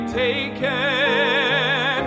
taken